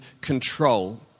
control